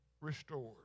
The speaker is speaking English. restored